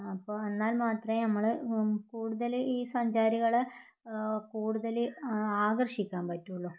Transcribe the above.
അപ്പോൾ എന്നാൽ മാത്രമേ നമ്മൾ കൂടുതൽ ഈ സഞ്ചാരികളെ കൂടുതൽ ആകർഷിക്കാൻ പറ്റുള്ളൂ